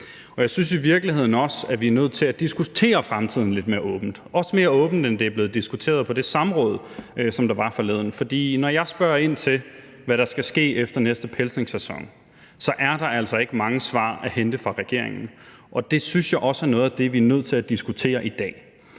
Jeg synes i virkeligheden også, at vi er nødt til at diskutere fremtiden lidt mere åbent, også mere åbent, end det er blevet diskuteret på det samråd, som der var forleden. For når jeg spørger ind til, hvad der skal ske efter næste pelsningssæson, så er der altså ikke mange svar at hente fra regeringen, og det synes jeg også er noget af det, vi er nødt til at diskutere i dag.